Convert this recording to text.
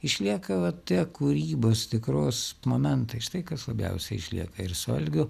išlieka vat tie kūrybos tikros momentai štai kas labiausiai išlieka ir su algiu